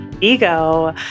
ego